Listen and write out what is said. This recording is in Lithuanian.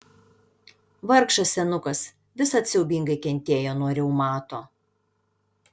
vargšas senukas visad siaubingai kentėjo nuo reumato